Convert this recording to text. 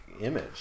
image